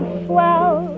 swell